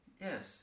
Yes